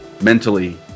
mentally